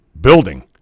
building